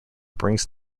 brings